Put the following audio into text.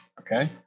Okay